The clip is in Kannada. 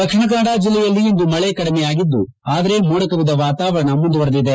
ದಕ್ಷಿಣ ಕನ್ನಡ ಜಿಲ್ಲೆಯಲ್ಲಿ ಇಂದು ಮಳೆ ಕಡಿಮೆಯಾಗಿದ್ದು ಆದರೆ ಮೋಡ ಕವಿದ ವಾತಾವರಣ ಮುಂದುವರಿದಿದೆ